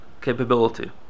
capability